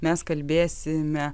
mes kalbėsime